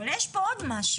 אבל יש פה עוד משהו.